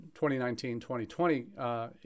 2019-2020